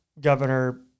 governor